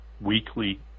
weekly